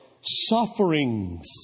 sufferings